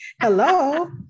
Hello